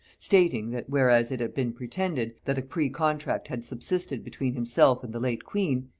stating, that whereas it had been pretended, that a precontract had subsisted between himself and the late queen,